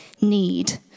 need